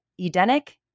Edenic